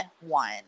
one